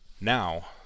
Now